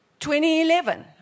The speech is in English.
2011